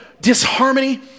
disharmony